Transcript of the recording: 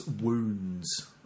wounds